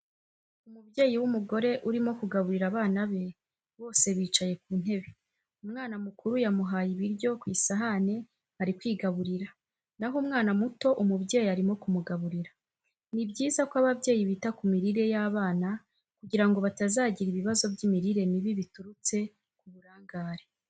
Umubyeyi w'umugore urimo kugaburira abana be, bose bicaye ku ntebe, umwana mukuru yamuhaye ibiryo ku isahane ari kwigaburira, naho umwana muto umubyeyi arimo kumugaburira. Ni byiza ko ababyeyi bita ku mirire y'abana kugira ngo batazagira ibibazo by'imirire mibi biturutse ku burangare.